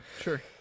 sure